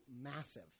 massive